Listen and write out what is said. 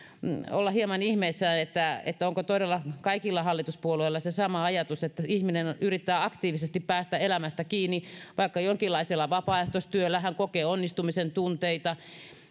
olla hieman ihmeissään että että onko todella kaikilla hallituspuolueilla sama ajatus kun ihminen yrittää aktiivisesti päästä elämään kiinni vaikka jonkinlaisella vapaaehtoistyöllä hän kokee onnistumisen tunteita